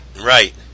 Right